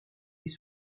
des